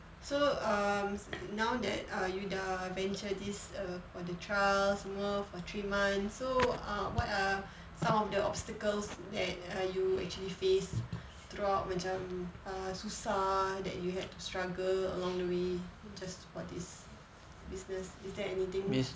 so um now that um you dah venture this err for the trial semua for three months so err what are some of the obstacles that err you actually face throughout macam err susah that you had to struggle along the way just for this business is there anything